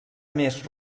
més